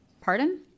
Pardon